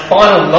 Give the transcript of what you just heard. final